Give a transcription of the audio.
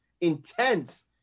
intense